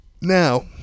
Now